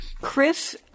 Chris